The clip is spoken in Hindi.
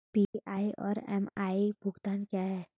पी.आई और एम.आई भुगतान क्या हैं?